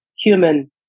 human